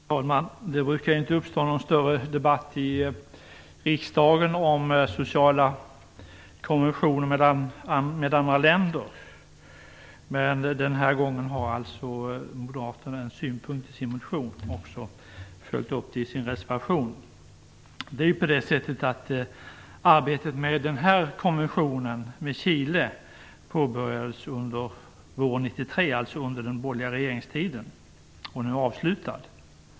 Herr talman! Det brukar inte uppstå någon större debatt i riksdagen om sociala konventioner med andra länder, men denna gång har alltså moderaterna en synpunkt i sin motion, och man har också följt upp det i sin reservation. Arbetet med denna konvention med Chile påbörjades under våren 93, alltså under den borgerliga regeringstiden, och är nu avslutad.